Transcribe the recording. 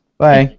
Bye